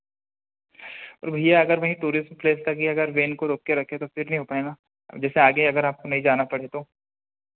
और भैया अगर वहीं टूरिज़्म प्लेस तक ही अगर वेन को रोक के रखें तो फिर नहीं हो पाएँगा अब जैसे आगे अगर आपको नहीं जाना पड़े तो